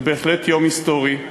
זה בהחלט יום היסטורי.